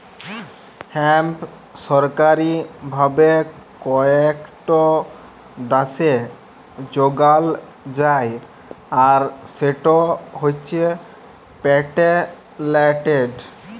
hemp সরকারি ভাবে কয়েকট দ্যাশে যগাল যায় আর সেট হছে পেটেল্টেড